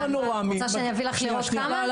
היום מכשיר פנורמי --- את רוצה שאני אביא לך לראות כמה?